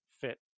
fit